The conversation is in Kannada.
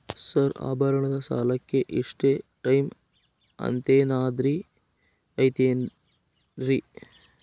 ಸರ್ ಆಭರಣದ ಸಾಲಕ್ಕೆ ಇಷ್ಟೇ ಟೈಮ್ ಅಂತೆನಾದ್ರಿ ಐತೇನ್ರೇ?